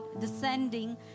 descending